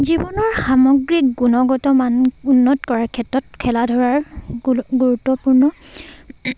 জীৱনৰ সামগ্ৰিক গুণগত মান উন্নত কৰাৰ ক্ষেত্ৰত খেলা ধৰাৰ গুৰুত্বপূৰ্ণ